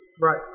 Right